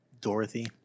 Dorothy